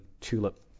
Tulip